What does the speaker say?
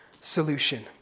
solution